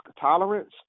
tolerance